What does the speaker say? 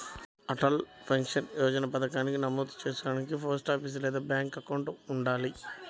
Atal pension Yojana పథకానికి నమోదు చేసుకోడానికి పోస్టాఫీస్ లేదా బ్యాంక్ అకౌంట్ ఉండాలి